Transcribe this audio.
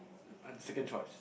uh second choice